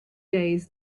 days